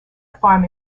farm